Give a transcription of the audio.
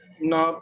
No